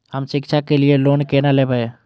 हम शिक्षा के लिए लोन केना लैब?